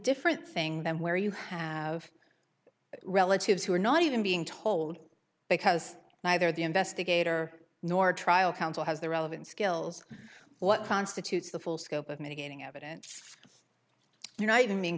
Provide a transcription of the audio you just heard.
different thing than where you have relatives who are not even being told because neither the investigator nor trial counsel has the relevant skills what constitutes the full scope of mitigating evidence you know even being